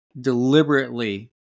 deliberately